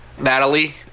Natalie